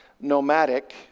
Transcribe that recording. nomadic